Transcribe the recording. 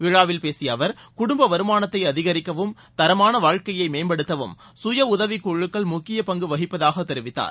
விழாவில் பேசியஅவர் குடும்பவருமானத்தைஅதிகரிக்கவும் தரமானவாழ்க்கையைமேம்படுத்தவும் சுய உதவிக்குழுக்கள் முக்கியபங்குவகிப்பதாகதெரிவித்தார்